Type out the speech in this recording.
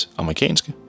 amerikanske